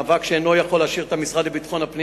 מאבק שאינו יכול להשאיר את המשרד לביטחון הפנים